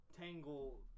tangle